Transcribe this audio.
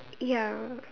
ya